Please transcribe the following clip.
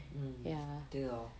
mm 对 lor